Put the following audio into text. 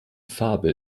farbe